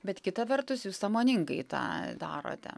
bet kita vertus jūs sąmoningai tą darote